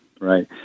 right